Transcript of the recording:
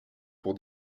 pour